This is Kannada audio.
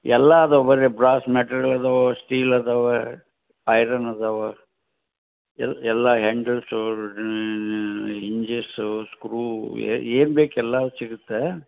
ಎಲ್ಲವೂ ಬರಿ ಬ್ರಾಸ್ ಮೆಟೀರಿಯಲ್ಲೂ ಸ್ಟೀಲ್ ಅದಾವು ಐರನ್ ಅದಾವು ಎಲ್ಲ ಎಲ್ಲ ಇಂಜೇಸು ಸ್ಕ್ರೂ ಏನ್ಬೇಕು ಎಲ್ಲ ಸಿಗುತ್ತೆ